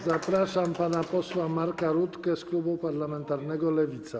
Zapraszam pana posła Marka Rutkę z klubu parlamentarnego Lewica.